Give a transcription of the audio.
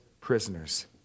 prisoners